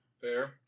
Fair